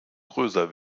größer